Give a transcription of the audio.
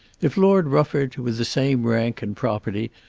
if lord rufford, with the same rank and property,